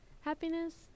happiness